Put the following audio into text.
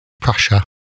Prussia